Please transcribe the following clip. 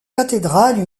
cathédrale